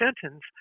sentence